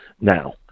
now